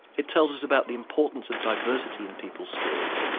it tells us about the importance of diversity in people's skills,